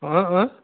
অঁ অঁ